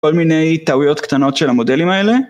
כל מיני טעויות קטנות של המודלים האלה.